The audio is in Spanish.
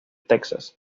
texas